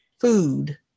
food